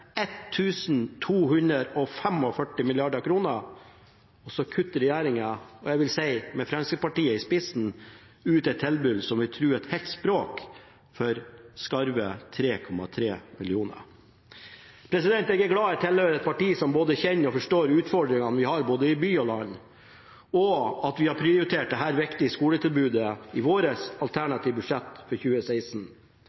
og så kutter regjeringen – og jeg vil si med Fremskrittspartiet i spissen – ut et tilbud for skarve 3,3 mill. kr, et kutt som vil true et helt språk. Jeg er glad for at jeg tilhører et parti som både kjenner og forstår utfordringene vi har både i by og land, og for at vi har prioritert dette viktige skoletilbudet i vårt alternative budsjett for 2016.